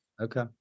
Okay